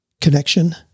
connection